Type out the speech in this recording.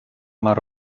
mar